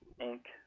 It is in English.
ink